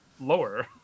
lower